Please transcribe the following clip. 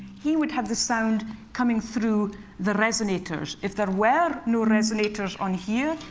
he would have the sound coming through the resonators. if there were no resonators on here,